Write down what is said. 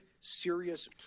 serious